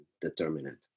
determinant